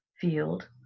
field